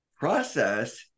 Process